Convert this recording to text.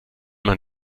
man